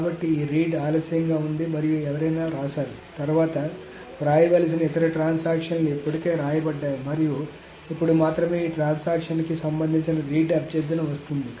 కాబట్టి ఈ రీడ్ ఆలస్యంగా ఉంది మరియు ఎవరైనా వ్రాసారు తర్వాత వ్రాయవలసిన ఇతర ట్రాన్సాక్షన్ లు ఇప్పటికే వ్రాయబడ్డాయి మరియు ఇప్పుడు మాత్రమే ఈ ట్రాన్సాక్షన్ కి సంబంధించిన రీడ్ అభ్యర్థన వస్తుంది